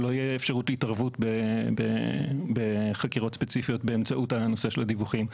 שלא תהיה אפשרות להתערבות בחקירות ספציפיות באמצעות הנושא של הדיווחים.